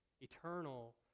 Eternal